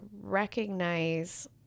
recognize